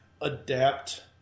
adapt